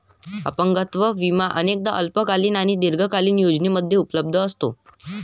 अपंगत्व विमा अनेकदा अल्पकालीन आणि दीर्घकालीन योजनांमध्ये उपलब्ध असतो